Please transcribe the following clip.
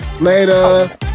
Later